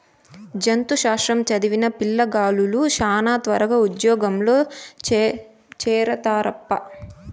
జంతు శాస్త్రం చదివిన పిల్లగాలులు శానా త్వరగా ఉజ్జోగంలో చేరతారప్పా